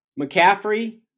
McCaffrey –